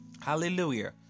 Hallelujah